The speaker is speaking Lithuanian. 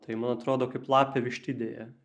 tai man atrodo kaip lapė vištidėje